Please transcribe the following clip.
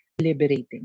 liberating